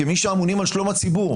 כמי שאמונים על שלום הציבור,